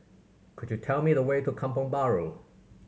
could you tell me the way to Kampong Bahru